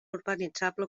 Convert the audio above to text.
urbanitzable